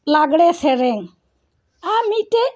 ᱞᱟᱜᱽᱲᱮ ᱥᱮᱨᱮᱧ ᱟᱨ ᱢᱤᱫᱴᱮᱱ